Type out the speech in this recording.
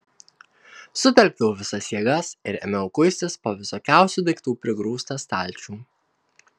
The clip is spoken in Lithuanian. sutelkiau visas jėgas ir ėmiau kuistis po visokiausių daiktų prigrūstą stalčių